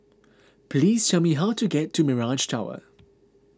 please tell me how to get to Mirage Tower